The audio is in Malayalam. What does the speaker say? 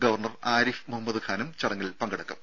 ഗവർണർ ആരിഫ് മുഹമ്മദ് ഖാനും ചടങ്ങിൽ സംബന്ധിക്കും